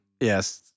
Yes